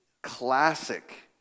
classic